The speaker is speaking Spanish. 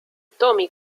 tommy